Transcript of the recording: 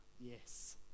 yes